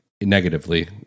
negatively